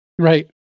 Right